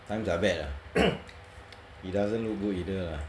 times are bad ah he doesn't look good either ah